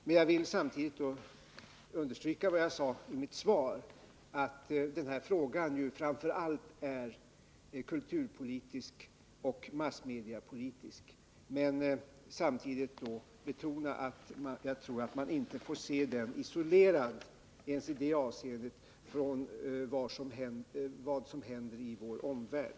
Men jag vill understryka vad jag sade i mitt första svar, att denna fråga framför allt är kulturpolitisk och massmediepolitisk, samtidigt som jag betonar att jag tror att man inte ens i det avseendet får se den isolerad från vad som händer i vår omvärld.